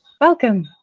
welcome